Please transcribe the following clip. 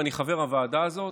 ואני חבר הוועדה הזאת,